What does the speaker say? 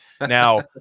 Now